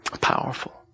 Powerful